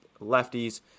lefties